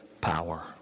power